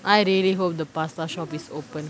I really hope the pasta shop is open